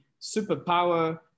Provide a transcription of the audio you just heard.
superpower